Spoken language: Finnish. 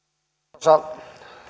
arvoisa